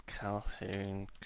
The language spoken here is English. Calhoun